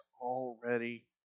already